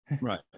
right